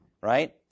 Right